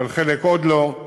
אבל חלק עוד לא.